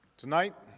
tonight,